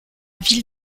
ville